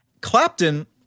Clapton